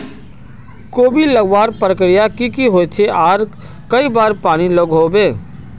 कोबी लगवार प्रक्रिया की की होचे आर कई बार पानी लागोहो होबे?